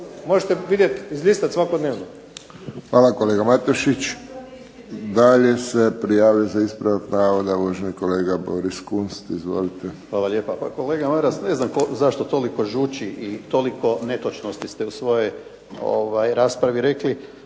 Možete vidjeti, izlistati svakodnevno. **Friščić, Josip (HSS)** Hvala kolega Matušić. Dakle se prijavio za ispravak navoda uvaženi kolega Boris Kunst. Izvolite. **Kunst, Boris (HDZ)** Hvala lijepa. Pa kolega Maras, ne znam zašto toliko žuči i toliko netočnosti ste u svojoj raspravi rekli,